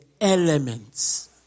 elements